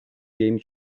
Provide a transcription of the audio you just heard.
game